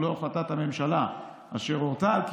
ולאור החלטת הממשלה אשר הורתה על קיומם,